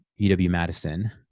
UW-Madison